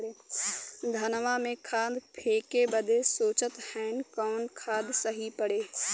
धनवा में खाद फेंके बदे सोचत हैन कवन खाद सही पड़े?